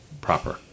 proper